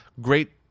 Great